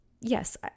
Yes